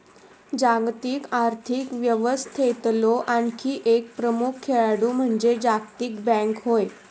जागतिक आर्थिक व्यवस्थेतलो आणखी एक प्रमुख खेळाडू म्हणजे जागतिक बँक होय